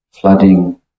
flooding